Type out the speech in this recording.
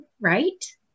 right